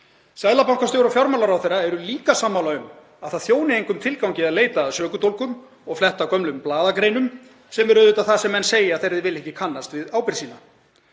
Seðlabankastjóri og fjármálaráðherra eru líka sammála um að það þjóni engum tilgangi að leita að sökudólgum og fletta gömlum blaðagreinum, sem er auðvitað það sem menn segja þegar þeir vilja ekki kannast við ábyrgð sína.